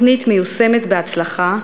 התוכנית מיושמת בהצלחה,